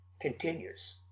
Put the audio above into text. continues